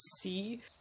see